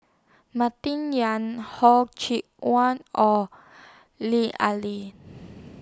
Martin Yan Hor Chim Won Or Lut Ali